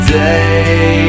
day